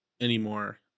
anymore